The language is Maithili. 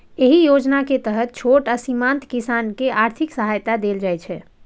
एहि योजना के तहत छोट आ सीमांत किसान कें आर्थिक सहायता देल जाइ छै